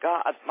God